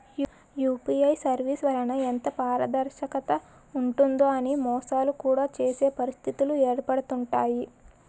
UPI services వలన ఎంత పారదర్శకత ఉంటుందో అని మోసాలు కూడా చేసే పరిస్థితిలు ఏర్పడుతుంటాయి